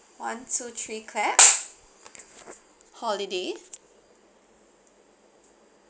one two three clap holiday